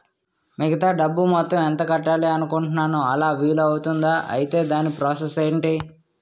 మిగతా డబ్బు మొత్తం ఎంత కట్టాలి అనుకుంటున్నాను అలా వీలు అవ్తుంధా? ఐటీ దాని ప్రాసెస్ ఎంటి?